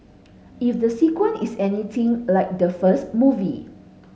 if the sequel is anything like the first movie